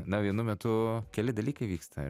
na vienu metu keli dalykai vyksta